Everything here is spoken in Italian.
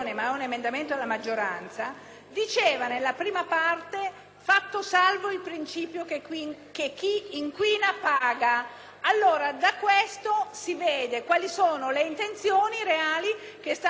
che chi inquina paga». Allora, da questo si vede quali sono le intenzioni reali che stanno dietro queste modalità transattive. Io non aggiungo altro.